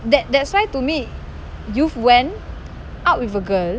that that's why to me you've went out with a girl